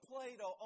Plato